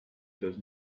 does